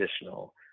additional